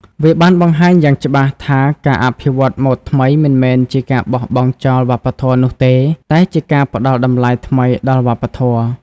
វាបានបង្ហាញយ៉ាងច្បាស់ថាការអភិវឌ្ឍម៉ូដថ្មីមិនមែនជាការបោះបង់ចោលវប្បធម៌នោះទេ តែជាការផ្តល់តម្លៃថ្មីដល់វប្បធម៌។